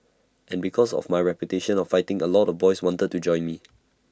and because of my reputation of fighting A lot of boys wanted to join me